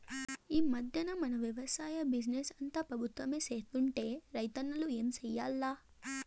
ఈ మధ్దెన మన వెవసాయ బిజినెస్ అంతా పెబుత్వమే సేత్తంటే రైతన్నలు ఏం చేయాల్ల